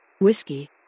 Whiskey